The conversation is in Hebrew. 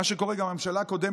מה שקורה גם בממשלה הקודמת,